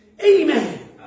Amen